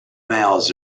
males